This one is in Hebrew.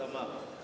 שיח', אדמה.